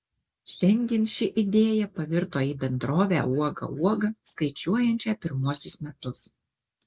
šiandien ši idėja pavirto į bendrovę uoga uoga skaičiuojančią pirmuosius metus